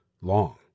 long